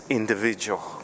individual